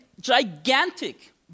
gigantic